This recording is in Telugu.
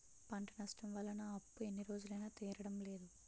పంట నష్టం వల్ల నా అప్పు ఎన్ని రోజులైనా తీరడం లేదు